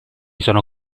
sono